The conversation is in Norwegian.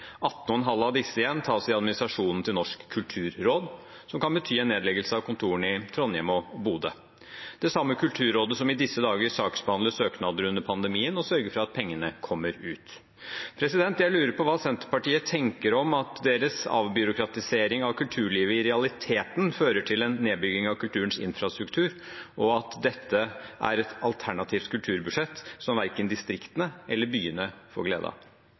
18,5 mill. kr av disse igjen tas i administrasjonen til Norsk kulturråd, som kan bety en nedleggelse av kontorene i Trondheim og Bodø. Det er det samme Kulturrådet som i disse dager saksbehandler søknader kommet inn under pandemien, og som sørger for at pengene kommer ut. Jeg lurer på hva Senterpartiet tenker om at deres avbyråkratisering av kulturlivet i realiteten fører til en nedbygging av kulturens infrastruktur, og at dette er et alternativt kulturbudsjett som verken distriktene eller byene får glede